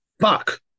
Fuck